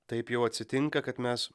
taip jau atsitinka kad mes